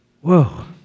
Whoa